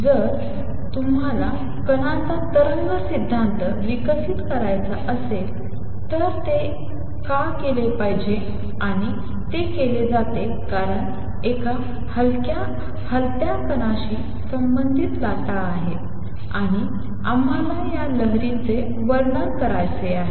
तर जर तुम्हाला कणांचा तरंग सिद्धांत विकसित करायचा असेल तर ते का केले पाहिजे आणि ते केले जाते कारण एका हलत्या कणाशी संबंधित लाटा आहेत आणि आम्हाला या लहरीचे वर्णन करायचे आहे